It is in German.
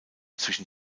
zwischen